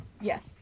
Yes